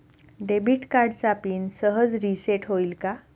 Debit कार्डचा pin सहज reset होईल का?